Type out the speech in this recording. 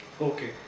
Okay।